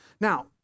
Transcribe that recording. Now